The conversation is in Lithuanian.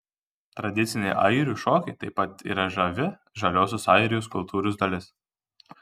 tradiciniai airių šokiai taip pat yra žavi žaliosios airijos kultūros dalis